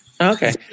Okay